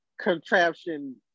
contraption